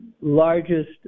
largest